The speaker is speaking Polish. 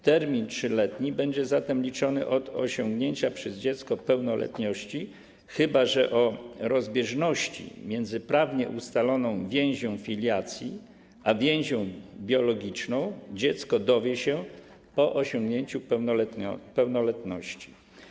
Termin 3-letni będzie zatem liczony od osiągnięcia przez dziecko pełnoletności, chyba że o rozbieżności między prawnie ustaloną więzią filiacji a więzią biologiczną dziecko dowie się po osiągnięciu pełnoletności.